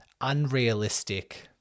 unrealistic